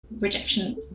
Rejection